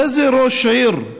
איזה ראש עיר,